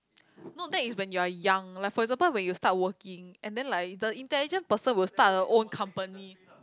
no that is when you are young like for example when you start working and then like the intelligent person will start a own company